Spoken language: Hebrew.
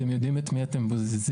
אתם יודעים את מי אתם בוזזים?